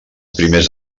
primers